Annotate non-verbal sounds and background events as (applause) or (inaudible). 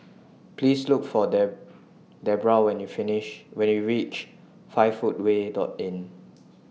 Please Look For Dedra when YOU finish when YOU REACH five Footway (unintelligible) Inn